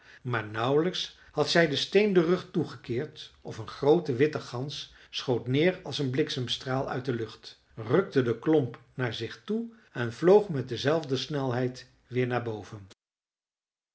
maar nauwelijks had zij den steen den rug toe gekeerd of een groote witte gans schoot neer als een bliksemstraal uit de lucht rukte de klomp naar zich toe en vloog met dezelfde snelheid weer naar boven